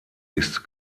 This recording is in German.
ist